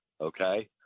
okay